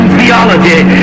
theology